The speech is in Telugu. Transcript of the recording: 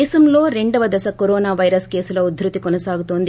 దేశంలో రెండో దశ కరోనా పైరస్ కేసుల ఉద్భతి కొనసాగుతోంది